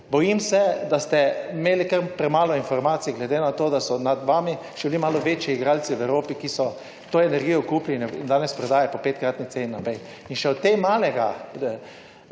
Bojim se, da ste imeli kar premalo informacij, glede na to, da so nad vami še bili malo večji igralci v Evropi, ki so to energijo kupili in danes prodaja po petkratni ceni naprej. In še od te malega